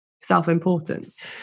self-importance